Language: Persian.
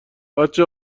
بچه